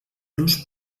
los